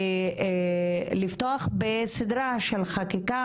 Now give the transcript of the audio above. לפתוח בסדרה של חקיקה.